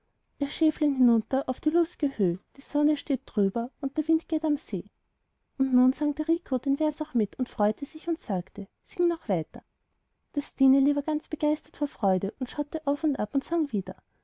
schäflein hinüber auf die lustige höh die sonne steht drüber und der wind geht am see und nun sang der rico den vers auch mit und freute sich und sagte sing noch weiter das stineli war ganz begeistert vor freude und schaute auf und ab und sang wieder